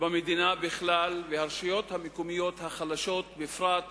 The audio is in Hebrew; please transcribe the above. במדינה בכלל וברשויות המקומיות החלשות בפרט,